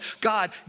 God